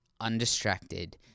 undistracted